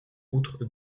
outre